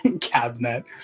cabinet